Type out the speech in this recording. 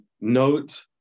note